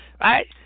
Right